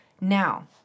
now